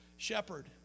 shepherd